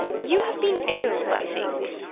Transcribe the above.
you have been ill, i think,